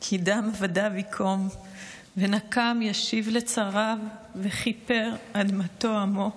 כי דם עבדיו יקום ונקם ישיב לצריו וכפר אדמתו עמו".